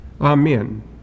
Amen